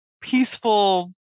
peaceful